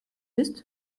ist